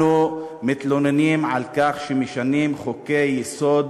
אנחנו מתלוננים על כך שמשנים חוקי-יסוד